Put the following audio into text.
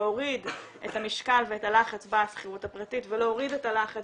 להוריד את המשקל ואת הלחץ בשכירות הפרטית ולהוריד את הלחץ